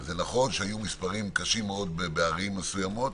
זה נכון שהיו מספרים קשים מאוד בערים מסוימות,